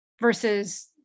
versus